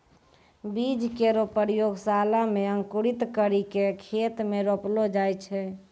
बीज केरो प्रयोगशाला म अंकुरित करि क खेत म रोपलो जाय छै